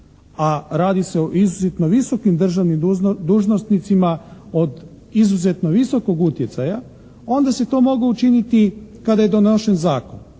a radi se o izuzetno visokim dužnosnicima od izuzetno visokog utjecaja onda se to moglo učiniti kada je donošen zakona.